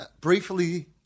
briefly